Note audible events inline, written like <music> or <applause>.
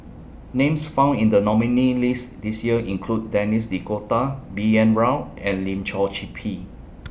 Names found in The nominees' list This Year include Denis D'Cotta B N Rao and Lim Chor <unintelligible> Pee